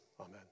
Amen